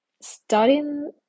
studying